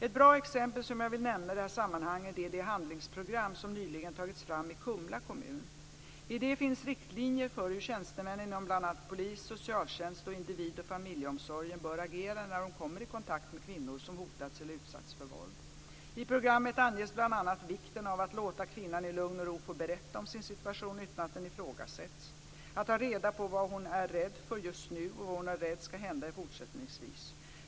Ett bra exempel som jag vill nämna i det här sammanhanget är det handlingsprogram som nyligen tagits fram i Kumla kommun. I det finns riktlinjer för hur tjänstemän inom bl.a. polisen, socialtjänsten och individ och familjeomsorgen bör agera när de kommer i kontakt med kvinnor som hotats eller utsatts för våld. I programmet anges bl.a. vikten av att låta kvinnan i lugn och ro få berätta om sin situation utan att den ifrågasätts, att man tar reda på vad hon är rädd för just nu och vad hon är rädd ska hända fortsättningsvis.